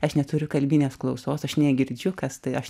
aš neturiu kalbinės klausos aš negirdžiu kas tai aš